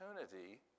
opportunity